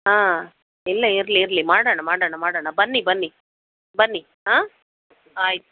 ಹಾಂ ಇಲ್ಲ ಇರಲಿ ಇರಲಿ ಮಾಡೋಣ ಮಾಡೋಣ ಮಾಡೋಣ ಬನ್ನಿ ಬನ್ನಿ ಬನ್ನಿ ಆಂ ಆಯ್ತು